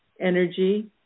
energy